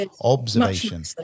Observation